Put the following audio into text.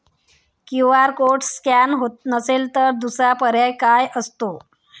QR code scan होत नसेल तर दुसरा पर्याय काय असतो?